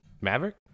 Maverick